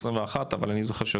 אני נבחרתי בכנסת 21,